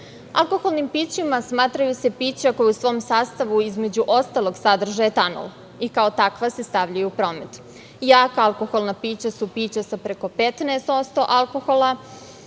delo. Alkoholnim pićima smatraju se pića koja u svom sastavu, između ostalog sadrže etanol i kao takva se stavljaju u promet. Jaka alkoholna pića su pića preko 15% alkohola,